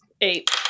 Eight